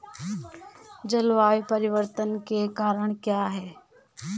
जलवायु परिवर्तन के कारण क्या क्या हैं?